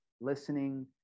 listening